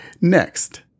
Next